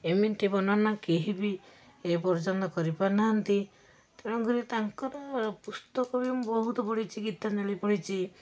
ଏମିତି ବର୍ଣ୍ଣନା କେହିବି ଏପର୍ଯ୍ୟନ୍ତ କେହିବି କରିପାରିନାହାନ୍ତି ତେଣୁକରି ତାଙ୍କର ପୁସ୍ତକ ବି ମୁଁ ବହୁତ ପଢ଼ିଛି ଗୀତାଞ୍ଜଳି ପଢ଼ିଛି